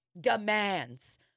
demands